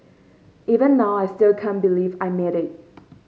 even now I still can't believe I made it